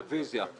רביזיה.